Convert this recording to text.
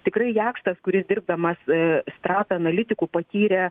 tikrai jakštas kuris dirbdamas strata analitiku patyrė